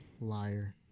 Liar